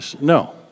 no